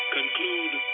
conclude